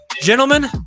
Gentlemen